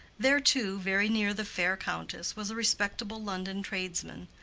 there too, very near the fair countess, was a respectable london tradesman,